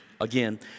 Again